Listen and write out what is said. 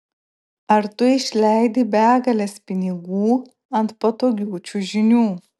ar tu išleidi begales pinigų ant patogių čiužinių